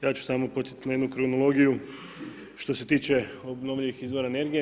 Ja ću samo podsjetiti na jednu kronologiju što se tiče obnovljivih izvora energije.